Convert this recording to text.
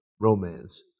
romance